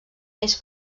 més